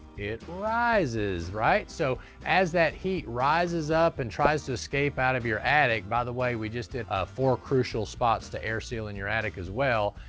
it rises, right? so, as that heat rises up and tries to escape out of your attic by the way, we just did a four crucial spots to air seal in your attic as well,